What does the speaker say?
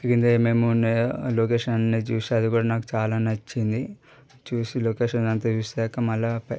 కింద ఏమేం ఉన్నాయో ఆ లొకేషన్ అన్నీ చూసి అది కూడా నాకు చాలా నచ్చింది చూసి లొకేషన్ అంతా చూశాక మళ్ళ